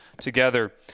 together